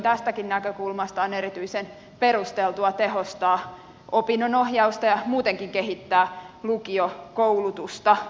tästäkin näkökulmasta on erityisen perusteltua tehostaa opinnonohjausta ja muutenkin kehittää lukiokoulutusta